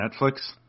Netflix